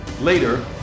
Later